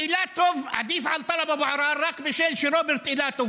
אל תתחבאו מאחורי המילים שזה לא פוליטי